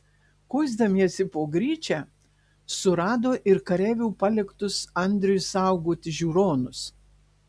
kuisdamiesi po gryčią surado ir kareivių paliktus andriui saugoti žiūronus